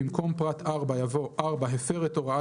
במקום פרט (4) יבוא: "(4)הפר את הוראת